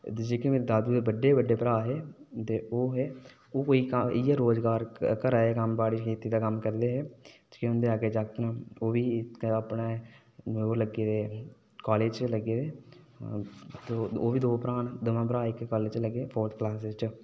ते जेह्के मेरे दादू दे बड्डे बड्डे भ्रा हे ते खेतीबाड़ी दा कम्म करदे हे फ्ही उं'दे अग्गै जाक्त न ओह् बी अपने ओह् लग्गे दे काॅलेज च लग्गे दे न ओह् बी दौं भ्रा न दमैं भ्रा इक्कै काॅलेज च लग्गे दे फोर्थ क्लास बिच